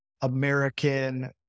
American